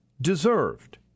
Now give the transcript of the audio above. deserved